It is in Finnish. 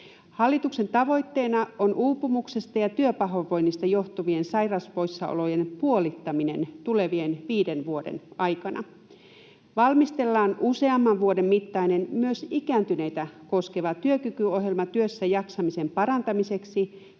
Hallituksen tavoitteena on uupumuksesta ja työpahoinvoinnista johtuvien sairauspoissaolojen puolittaminen tulevien viiden vuoden aikana. Valmistellaan useamman vuoden mittainen, myös ikääntyneitä koskeva työkykyohjelma työssäjaksamisen parantamiseksi